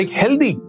healthy